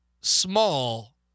small